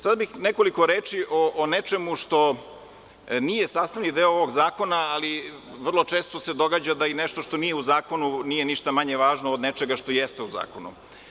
Sada bih nekoliko reči o nečemu što nije sastavni deo ovog zakona, ali vrlo često se događa da i nešto što nije u zakonu nije ništa manje važno od nečega što jeste u zakonu.